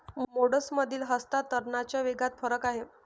मोड्समधील हस्तांतरणाच्या वेगात फरक आहे